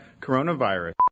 coronavirus